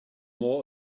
more